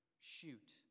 shoot